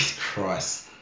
Christ